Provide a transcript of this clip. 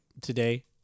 today